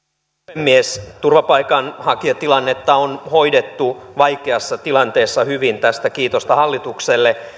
puhemies turvapaikanhakijatilannetta on hoidettu vaikeassa tilanteessa hyvin tästä kiitosta hallitukselle